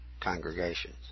congregations